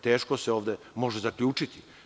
Teško se ovde može zaključiti.